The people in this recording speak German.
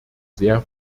sehr